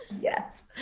yes